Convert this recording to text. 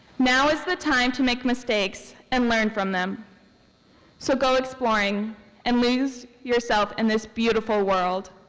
now is the time to make mistakes and learn from them so go exploring and lose yourself in this beautiful world.